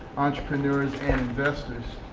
entrepreneurs, and investors.